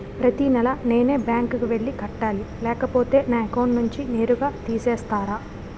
ప్రతి నెల నేనే బ్యాంక్ కి వెళ్లి కట్టాలి లేకపోతే నా అకౌంట్ నుంచి నేరుగా తీసేస్తర?